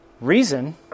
reason